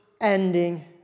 ending